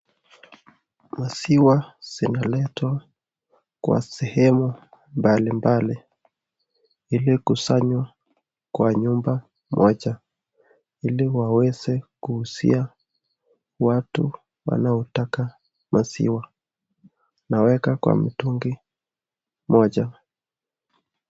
Maziwa zinaletwa kwa sehemu mbalimbali ili kukusanywa kwa nyumba moja ili waweze kuuzia watu wanaotaka maziwa wanaweka kwa mtungi moja.